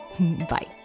Bye